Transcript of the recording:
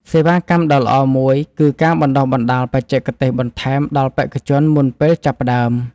សេវាកម្មដ៏ល្អមួយគឺការបណ្ដុះបណ្ដាលបច្ចេកទេសបន្ថែមដល់បេក្ខជនមុនពេលចាប់ផ្ដើម។